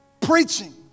preaching